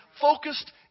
focused